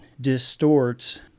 distorts